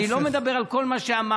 אני לא מדבר על כל מה שאמרת.